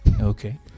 Okay